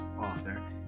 author